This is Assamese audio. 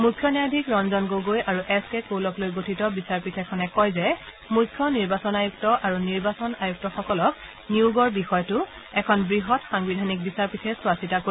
মুখ্য ন্যায়াধীশ ৰঞ্জন গগৈ আৰু এছকে কৌলক লৈ গঠিত বিচাৰপীঠ এখনে কয় যে মুখ্য নিৰ্বাচন আয়ক্ত আৰু নিৰ্বাচন আয়ুক্তসকলক নিয়োগৰ বিষয়টো এখন বৃহৎ সাংবিধানিক বিচাৰপীঠে চোৱাচিতা কৰিব